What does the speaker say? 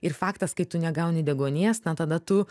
ir faktas kai tu negauni deguonies na tada tu